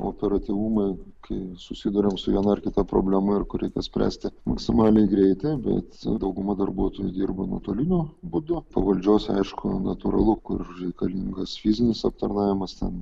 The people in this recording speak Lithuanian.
operatyvumui kai susiduriam su viena ar kita problema ir kur reikia spręsti maksimaliai greitail bet dauguma darbuotojų dirba nuotoliniu būdu po valdžios aišku natūralu kur reikalingas fizinis aptarnavimas ten